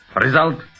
Result